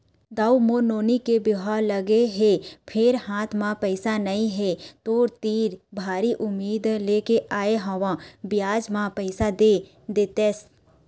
दाऊ मोर नोनी के बिहाव लगगे हे फेर हाथ म पइसा नइ हे, तोर तीर भारी उम्मीद लेके आय हंव बियाज म पइसा दे देतेस